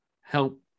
help